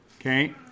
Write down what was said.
Okay